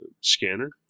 scanner